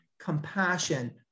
compassion